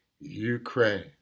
Ukraine